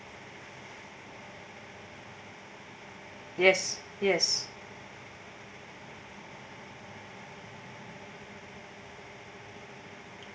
yes yes